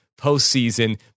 postseason